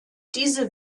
diese